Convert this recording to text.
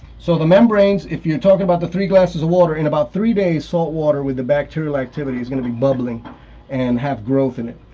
so the membranes, if you're talking about the three glasses of water, in about three days, salt water, with the bacterial activity, is going to be bubbling and have growth in it.